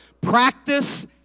practice